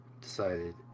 decided